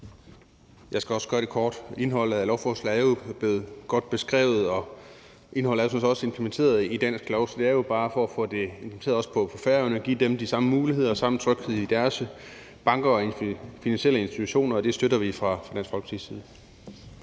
Jeg skal også gøre det kort. Indholdet af lovforslaget er jo blevet godt beskrevet, og indholdet er sådan set også implementeret i dansk lov, så det er bare at få det implementeret også på Færøerne og give dem de samme muligheder og samme tryghed i deres banker og finansielle institutioner. Det støtter vi fra Dansk Folkepartis side.